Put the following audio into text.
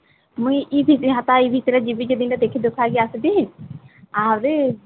ମୁଇଁ ସପ୍ତାହ ଭିତରେ ଯିବି ଯେ ଦିନେ ଦେଖି ଦେଖା ହୋଇ ଆସିବି ଆହୁରି